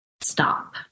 Stop